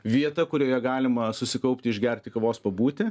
vieta kurioje galima susikaupti išgerti kavos pabūti